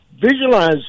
Visualize